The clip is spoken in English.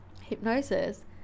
hypnosis